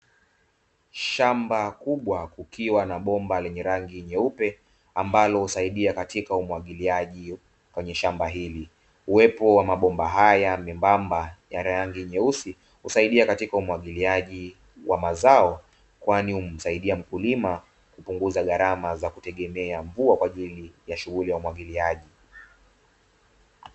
Shamba kubwa kukiwa na bomba lenye rangi nyeupe, ambalo husaidia katika umwagiliaji kwenye shamba hili. Uwepo wa mabomba haya mwembamba ya rangi nyeusi, husaidia katika umwagiliaji wa mazao, kwani humsaidia mkulima kupunguza gharama za kutegemea mvua kwa ajili ya shughuli ya umwagiliaji.